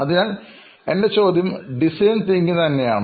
അതിനാൽ എൻറെ ചോദ്യം ഡിസൈൻ തിങ്കിംഗ് തന്നെയാണ്